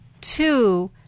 Two